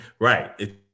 Right